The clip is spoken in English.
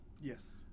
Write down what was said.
Yes